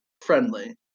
friendly